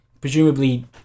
presumably